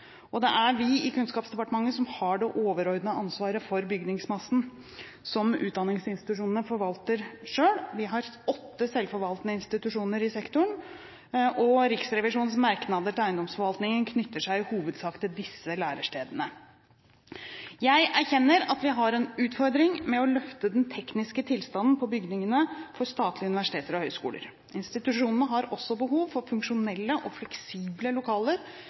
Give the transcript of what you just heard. og høyskolene. Det er vi i Kunnskapsdepartementet som har det overordnede ansvaret for bygningsmassen som utdanningsinstitusjonene forvalter selv. Vi har åtte selvforvaltende institusjoner i sektoren, og Riksrevisjonens merknad til eiendomsforvaltningen knytter seg i hovedsak til disse lærestedene. Jeg erkjenner at vi har en utfordring med å løfte den tekniske tilstanden på bygningene for statlige universiteter og høyskoler. Institusjonene har også behov for funksjonelle og fleksible lokaler